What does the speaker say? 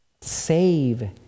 Save